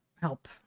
help